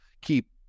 keep